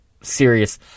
serious